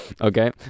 Okay